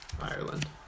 Ireland